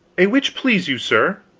a which, please you, sir?